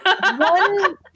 One